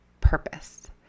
purpose